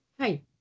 Hi